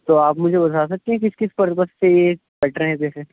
تو آپ مجھے بتا سکتی ہیں کس کس پرپس سے یہ کٹ رہے ہیں پیسے